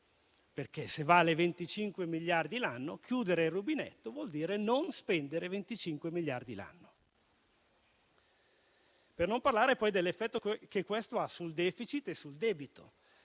perché se vale 25 miliardi l'anno, chiudere il rubinetto vuol dire non spendere 25 miliardi l'anno. Per non parlare poi dell'effetto che questo ha sul *deficit* e sul debito.